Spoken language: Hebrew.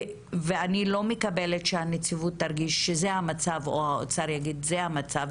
ואני לא מקבלת שהנציבות תרגיש שזה המצב או האוצר יגיד זה המצב,